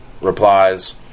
replies